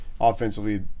offensively